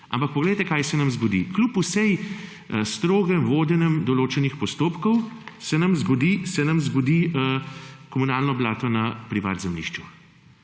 Ampak poglejte, kaj se nam zgodi. Kljub strogemu vodenju določenih postopkov se nam zgodi komunalno blato na privatnem zemljišču.